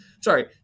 Sorry